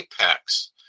apex